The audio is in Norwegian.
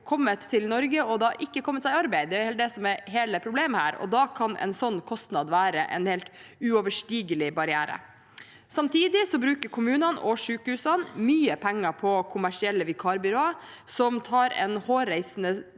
kommet til Norge og ikke kommet seg i arbeid – det er vel det som er hele problemet her – og da kan en sånn kostnad være en helt uoverstigelig barriere. Samtidig bruker kommunene og sykehusene mye penger på kommersielle vikarbyråer som tar en hårreisende